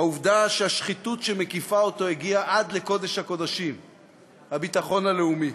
העובדה שהשחיתות שמקיפה אותו הגיעה עד לקודש הקודשים הביטחון הלאומי.